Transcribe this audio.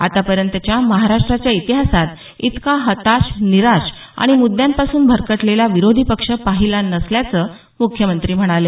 आतापर्यंतच्या महाराष्ट्राच्या इतिहासात इतका हताश निराश आणि म्द्यांपासून भरकटलेला विरोधी पक्ष पहिला नसल्याचं म्ख्यमंत्री म्हणाले